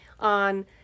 on